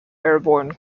airborne